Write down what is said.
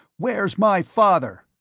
where's my father?